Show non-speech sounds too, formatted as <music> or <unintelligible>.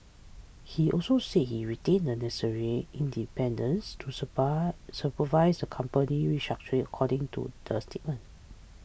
he also said he retains the necessary independence to <unintelligible> supervise the company's restructuring according to the statement